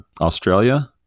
Australia